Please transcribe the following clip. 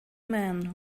man